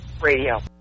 Radio